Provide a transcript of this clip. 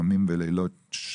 ימים ולילות,